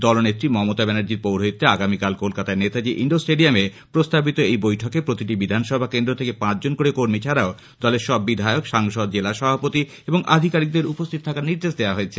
দলনেত্রী মমতা ব্যানার্জির পৌরহিত্যে আগামকাল কলকাতার নেতাজী ইন্ডর স্টেডিয়ামে প্রস্তাবিত এই বৈঠকে প্রতিটি বিধানসভা কেন্দ্র থেকে পাঁচ জন করে কর্মী ছাড়াও দলের সব বিধায়ক সাংসদ জেলা সভাপতি এবং আধিকারিকদের উপস্থিত থাকার নির্দেশ দেওয়া হয়েছে